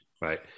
right